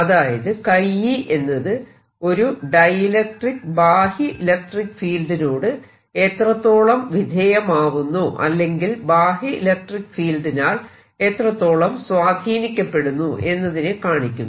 അതായത് e എന്നത് ഒരു ഡൈഇലക്ട്രിക്ക് ബാഹ്യ ഇലക്ട്രിക്ക് ഫീൽഡിനോട് എത്രത്തോളം വിധേയമാവുന്നു അല്ലെങ്കിൽ ബാഹ്യ ഇലക്ട്രിക്ക് ഫീൽഡിനാൽ എത്രത്തോളം സ്വാധീനിക്കപ്പെടുന്നു എന്നതിനെ കാണിക്കുന്നു